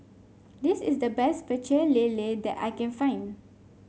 this is the best Pecel Lele that I can find